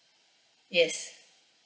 yes